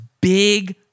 big